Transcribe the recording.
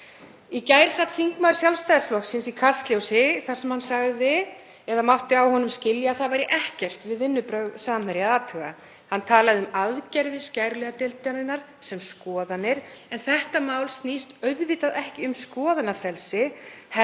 Í gær sat þingmaður Sjálfstæðisflokksins í Kastljósi þar sem mátti á honum skilja að það væri ekkert við vinnubrögð Samherja að athuga. Hann talaði um aðgerðir skæruliðadeildarinnar sem skoðanir. En þetta mál snýst auðvitað ekki um skoðanafrelsi